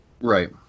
Right